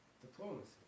diplomacy